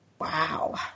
Wow